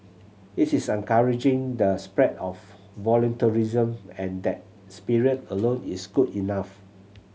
it's encouraging the spread of voluntarism and that spirit alone is good enough